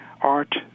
art